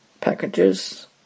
packages